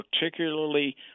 particularly